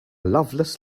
loveless